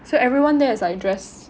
so everyone there is like dress